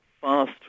fast